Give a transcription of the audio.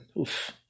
Oof